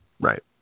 Right